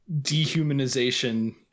dehumanization